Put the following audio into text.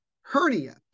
hernia